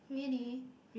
really